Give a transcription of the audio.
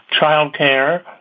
childcare